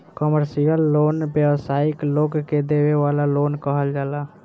commercial loan व्यावसायिक लोग के देवे वाला लोन के कहल जाला